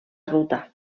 ruta